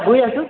بہٕ ہا چھُس